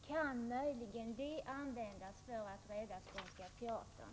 Kan det möjligen användas för att rädda Skånska Teatern?